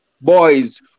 boys